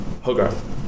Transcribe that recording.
Hogarth